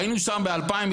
היינו שם ב-2020.